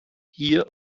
hier